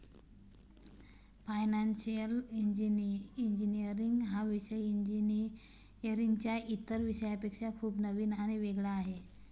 financial engineering हा विषय इंजिनीअरिंगच्या इतर विषयांपेक्षा खूप नवीन आणि वेगळा आहे